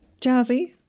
Jazzy